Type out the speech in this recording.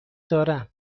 دارم